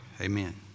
amen